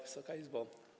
Wysoka Izbo!